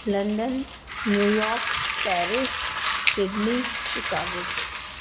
London New York Paris Sydney Chicago